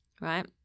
right